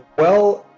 well,